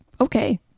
Okay